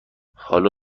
حالا